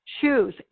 shoes